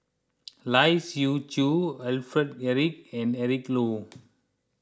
Lai Siu Chiu Alfred Eric and Eric Low